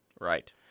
Right